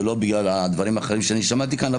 ולא בגלל הדברים האחרים ששמעתי כאן.